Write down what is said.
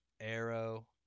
Arrow